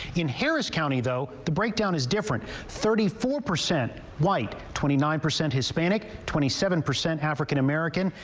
in harris county, though, the breakdown is different. thirty four percent white, twenty nine percent hispanic, twenty seven percent african-american,